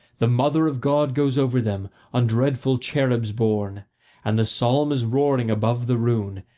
the mother of god goes over them, on dreadful cherubs borne and the psalm is roaring above the rune,